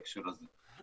בהקשר הזה.